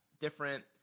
Different